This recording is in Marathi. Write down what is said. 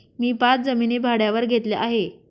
मी पाच जमिनी भाड्यावर घेतल्या आहे